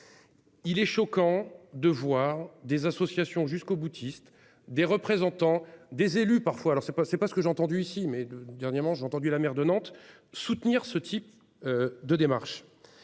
Il est choquant de voir des associations jusqu'au-boutiste des représentants des élus parfois alors c'est pas c'est pas ce que j'ai entendu ici mais le dernièrement j'ai entendu la maire de Nantes soutenir ce type. De démarche.